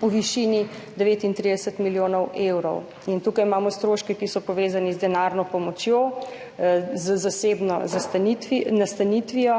v višini 39 milijonov evrov. Tukaj imamo stroške, ki so povezani z denarno pomočjo, z zasebno nastanitvijo,